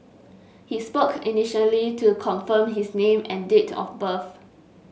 he spoke initially to confirm his name and date of birth